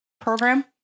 program